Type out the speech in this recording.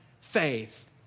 faith